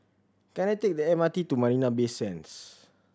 can I take the M R T to Marina Bay Sands